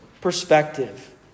perspective